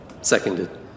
Seconded